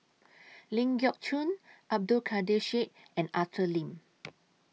Ling Geok Choon Abdul Kadir Syed and Arthur Lim